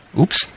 Oops